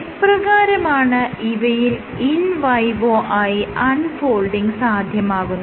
എപ്രകാരമാണ് ഇവയിൽ in vivo ആയി അൺ ഫോൾഡിങ് സാധ്യമാകുന്നത്